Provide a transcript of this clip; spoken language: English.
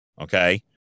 okay